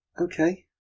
Okay